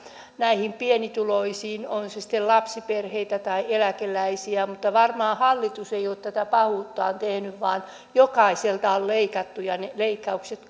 näihin pienituloisiin ovat he sitten lapsiperheitä tai eläkeläisiä mutta varmaan hallitus ei ole tätä pahuuttaan tehnyt vaan jokaiselta on leikattu ja ne leikkaukset